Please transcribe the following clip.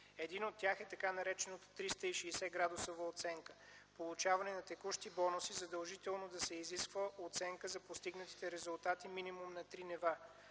Един от тях е така наречената 360-градусова оценка – за получаване на текущи бонуси задължително да се изисква оценка за постигнатите резултати минимум на три нива